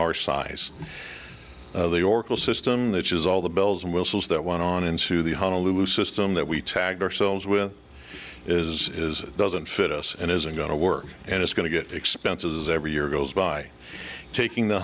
our size the oracle system that has all the bells and whistles that went on into the honolulu system that we tagged ourselves with is doesn't fit us and isn't going to work and it's going to get expenses every year goes by taking the